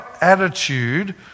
attitude